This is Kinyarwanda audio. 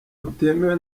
butemewe